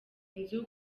nzu